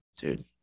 dude